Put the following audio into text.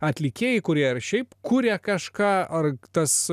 atlikėjai kurie ar šiaip kuria kažką ar tas